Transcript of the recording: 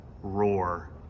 roar